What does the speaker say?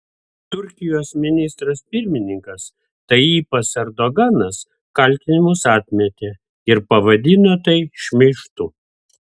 turkijos ministras pirmininkas tayyipas erdoganas kaltinimus atmetė ir pavadino tai šmeižtu